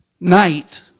night